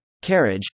Carriage